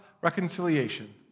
reconciliation